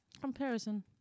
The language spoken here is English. comparison